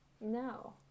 No